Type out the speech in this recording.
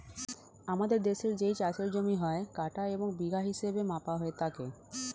আমাদের দেশের যেই চাষের জমি হয়, কাঠা এবং বিঘা হিসেবে মাপা হয় তাকে